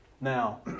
Now